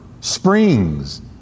springs